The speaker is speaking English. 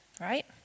right